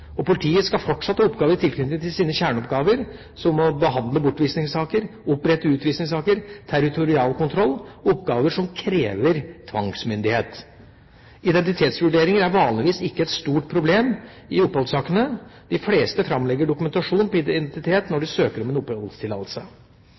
Politiet skal fortsatt ha oppgaver i tilknytning til sine kjerneoppgaver, som å behandle bortvisningssaker, opprette utvisningssaker, territorialkontroll og oppgaver som krever tvangsmyndighet. Identitetsvurderinger er vanligvis ikke et stort problem i oppholdssakene. De fleste framlegger dokumentasjon på identitet når